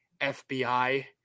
FBI